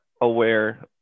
aware